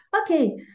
okay